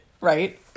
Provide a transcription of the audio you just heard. Right